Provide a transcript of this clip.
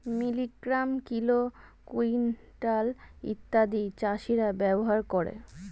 milligram, kilo, quintal ইত্যাদি চাষীরা ব্যবহার করে